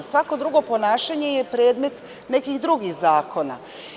Svako drugo ponašanje je predmet nekih drugih zakona.